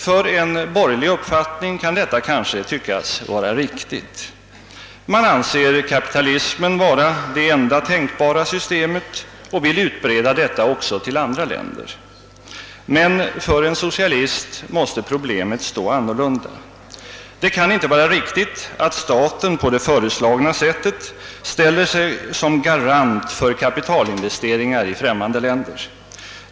För en borgerlig uppfattning kan detia kanske tyckas vara riktigt. Man anser kapitalismen vara det enda tänkbara systemet och vill utbreda detta också till andra länder. Men för en socialist måste problemet stå annorlunda. Det kan inte vara riktigt att staten på det föreslagna sättet ställer sig som garant för kapitalinvesteringar i främmande länder.